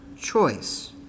choice